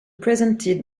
presented